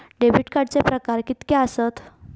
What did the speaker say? Debit कार्डचे प्रकार कीतके आसत?